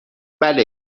بله